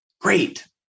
Great